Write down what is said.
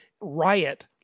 riot